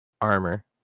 Armor